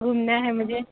घूमना है मुझे